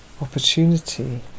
opportunity